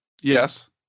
Yes